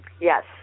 Yes